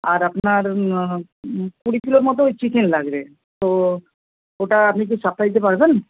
আর আপনার কুড়ি কিলো মতো চিকেন লাগবে তো ওটা আপনি কি সাপ্লাই দিতে পারবেন